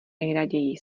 nejraději